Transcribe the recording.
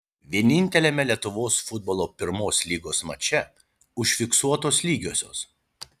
vieninteliame lietuvos futbolo pirmos lygos mače užfiksuotos lygiosios